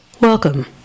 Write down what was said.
Welcome